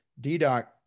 DDOC